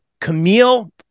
Camille